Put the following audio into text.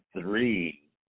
three